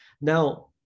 Now